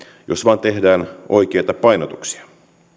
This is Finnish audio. jos vain tehdään oikeita painotuksia